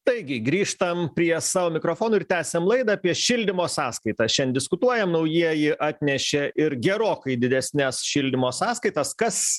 taigi grįžtam prie savo mikrofonų ir tęsiam laidą apie šildymo sąskaitas šian diskutuojam naujieji atnešė ir gerokai didesnes šildymo sąskaitas kas